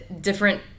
different